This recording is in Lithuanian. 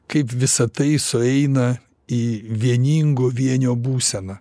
kaip visa tai sueina į vieningo vienio būseną